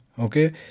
Okay